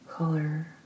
Color